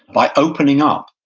by opening up,